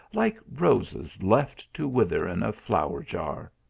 like roses left to wither in a flower jar.